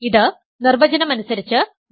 ഇത് നിർവചനം അനുസരിച്ച് 1 കേർണൽ ഫൈ ആണ്